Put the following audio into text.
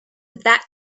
that